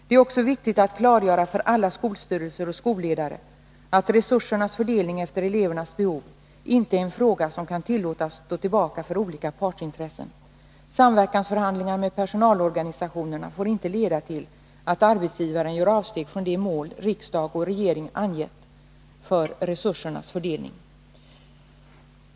Det är också viktigt att klargöra för alla skolstyrelser och skolledare att resursernas fördelning efter elevernas behov inte är en fråga som kan tillåtas stå tillbaka för olika partsintressen. Samverkansförhandlingar med personalorganisationerna får inte leda till att arbetsgivaren gör avsteg från de mål riksdag och regering angett för resursernas fördelning.